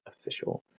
official